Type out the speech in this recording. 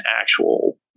actual